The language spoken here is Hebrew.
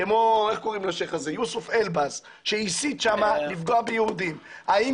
כמו השייח' יוסוף אלבז שהסית שם לפגוע ביהודים האם